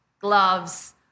gloves